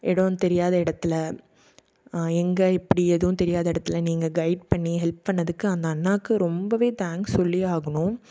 இடோம் தெரியாத இடத்துல எங்கே எப்படி எதுவும் தெரியாத இடத்துல நீங்கள் கையிட் பண்ணி ஹெல்ப் பண்ணிணதுக்கு அந்த அண்ணாக்கு ரொம்பவே தேங்க்ஸ் சொல்லியே ஆகணும்